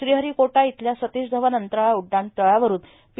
श्रीहरीकोटा इथल्या सतीश धवन अंतराळ उड्डाण तळावरून पी